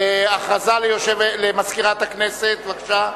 הודעה למזכירת הכנסת, בבקשה.